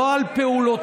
לא על פעולותינו.